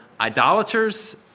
idolaters